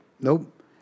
Nope